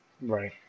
right